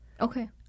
Okay